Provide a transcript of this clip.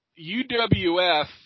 UWF